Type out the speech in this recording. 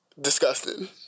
Disgusting